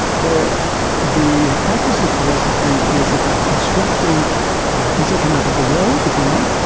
where the practice of philosophy is about constructing a consensual map of the world, if you like,